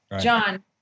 John